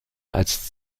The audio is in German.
als